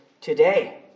today